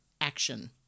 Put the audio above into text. action